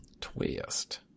twist